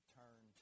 turn